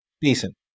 Decent